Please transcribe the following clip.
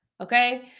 Okay